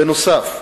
בנוסף,